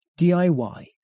DIY